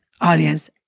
audience